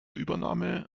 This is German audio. übernahme